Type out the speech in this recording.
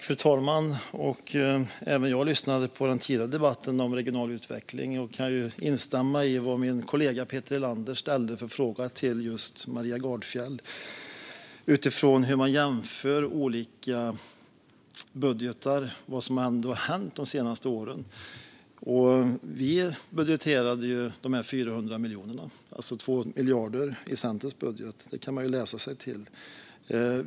Fru talman! Även jag lyssnade på den tidigare debatten om regional utveckling, och jag kan instämma i den fråga som min kollega Peter Helander ställde till Maria Gardfjell utifrån hur man jämför olika budgetar. Det handlar om vad som ändå har hänt de senaste åren. Vi budgeterade dessa 400 miljoner, alltså 2 miljarder i Centerns budget. Det kan man läsa sig till.